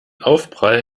aufprall